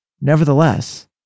nevertheless